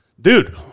Dude